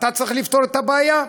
ואתה צריך לפתור את הבעיה.